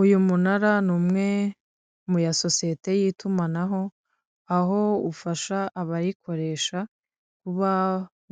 Uy'umunara ni umwe muya sosiyete y'itumanaho aho ufasha abayikoresha kuba